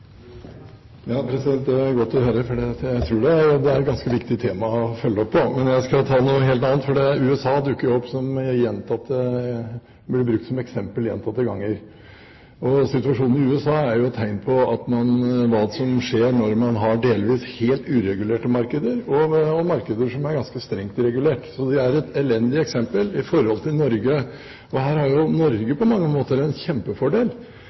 ja, jeg prater både med statsråd Storberget og andre statsråder, så det kan jo være aktuelt å snakke om spørsmålet, for å si det på den måten. Det er godt å høre, for jeg tror det er et ganske viktig tema å følge opp. Men jeg skal til noe helt annet: USA dukker jo opp og blir brukt som eksempel gjentatte ganger. Situasjonen i USA er et tegn på hva som skjer når man har delvis helt uregulerte markeder, og markeder som er ganske strengt regulert. Så de er et elendig eksempel i forhold til Norge. Her har Norge på mange måter